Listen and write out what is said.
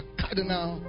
cardinal